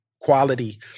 quality